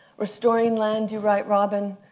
restoring land, you write, robin,